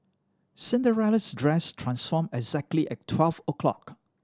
Cinderella's dress transformed exactly at twelve o'clock